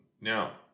Now